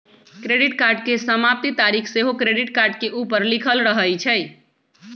credit card के समाप्ति तारिख सेहो क्रेडिट कार्ड के ऊपर लिखल रहइ छइ